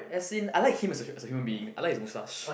as in I like him as a as a human being I like his moustache